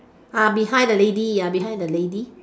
uh behind the lady ah behind the lady